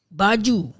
baju